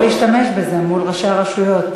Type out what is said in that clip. אתה יכול להשתמש בזה מול ראשי הרשויות,